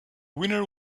winner